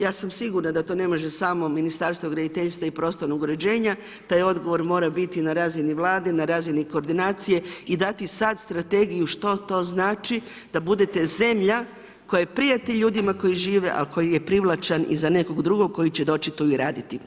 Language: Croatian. Ja sam siguran da to ne može samo Ministarstvo graditeljstva i prostornog uređenja, taj odgovor mora biti na razini Vlade, na razini koordinacije i dati sad strategiju što to znači da budete zemlja koja je prijatelj ljudima koji žive ali koji je privlačan i za nekog drugi koji će doći tu i raditi.